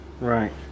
Right